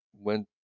went